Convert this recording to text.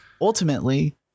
ultimately